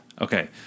Okay